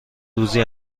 روزی